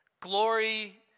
Glory